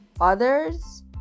others